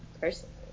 Personally